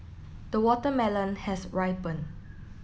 the watermelon has ripened